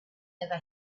never